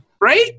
Right